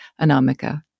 Anamika